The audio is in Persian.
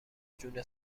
جون